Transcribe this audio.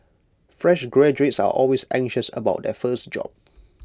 fresh graduates are always anxious about their first job